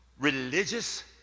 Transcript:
religious